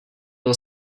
byl